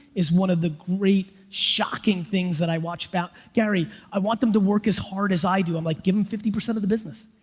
is one of the great shocking things that i watch about gary. i want them to work as hard as i do i'm like give him fifty percent of the business.